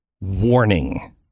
Warning